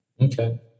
Okay